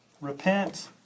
repent